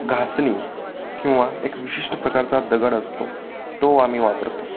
घासणी किंवा एक विशिष्ट प्रकारचा दगड असतो तो आम्ही वापरतो